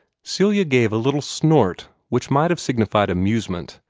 celia gave a little snort, which might have signified amusement,